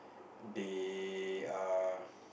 they are